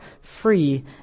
free